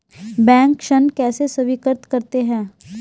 Bank ऋण कैसे स्वीकृत करते हैं?